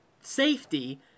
safety